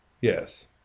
Yes